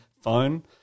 phone